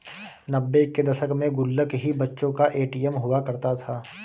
नब्बे के दशक में गुल्लक ही बच्चों का ए.टी.एम हुआ करता था